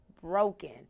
broken